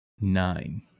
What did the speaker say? Nine